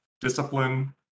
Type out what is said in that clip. discipline